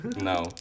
No